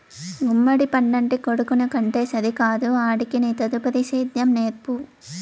గుమ్మడి పండంటి కొడుకుని కంటే సరికాదు ఆడికి నీ తదుపరి సేద్యం నేర్పు